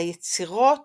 היצירות